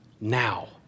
now